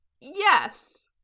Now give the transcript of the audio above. Yes